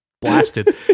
blasted